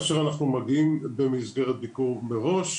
בוקר טוב לכולם.